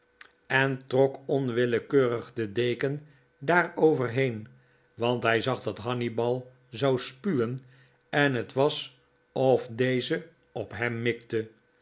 en trok onwillekeurig de deken daarover heenj want hij zag dat hannibal zou spuwen en het was of deze op hem mikte